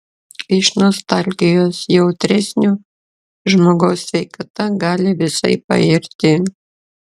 iš nostalgijos jautresnio žmogaus sveikata gali visai pairti